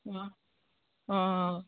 অঁ অঁ